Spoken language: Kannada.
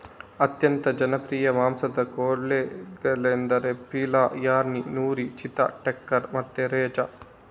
ಅತ್ಯಂತ ಜನಪ್ರಿಯ ಮಾಂಸದ ಕೋಳಿಗಳೆಂದರೆ ಪೀಲಾ, ಯಾರ್ಕಿನ್, ನೂರಿ, ಚಿತ್ತಾ, ಟೀಕರ್ ಮತ್ತೆ ರೆಜಾ